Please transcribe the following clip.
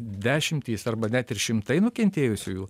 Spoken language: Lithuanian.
dešimtys arba net ir šimtai nukentėjusiųjų